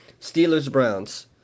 Steelers-Browns